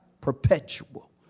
perpetual